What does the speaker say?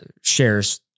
shares